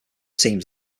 teams